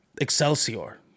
Excelsior